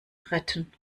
retten